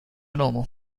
normal